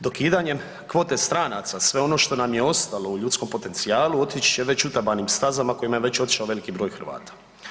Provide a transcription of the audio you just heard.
Dokidanjem kvote stranaca, sve ono što nam je ostalo u ljudskom potencijalu otići će već utabanim stazama kojima je već otišao veliki broj Hrvata.